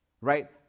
right